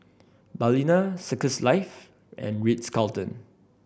Balina Circles Life and Ritz Carlton